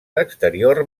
l’exterior